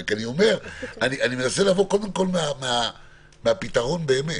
אבל אני מנסה לבוא קודם כל מהפתרון באמת.